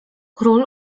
król